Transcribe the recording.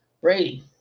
Brady